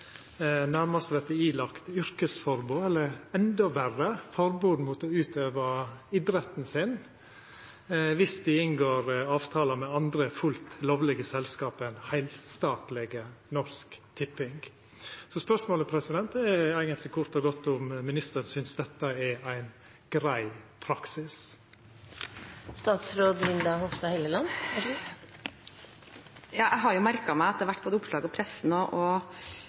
eller – endå verre – forbod mot å utøva idretten sin om dei inngår avtalar med andre fullt lovlege selskap enn heilstatlege Norsk Tipping. Spørsmålet er eigentleg kort og godt om ministeren synest dette er ein grei praksis? Jeg har jo merket meg at det har vært oppslag i pressen – det har vært